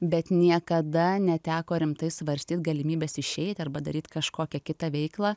bet niekada neteko rimtai svarstyt galimybės išeit arba daryt kažkokią kitą veiklą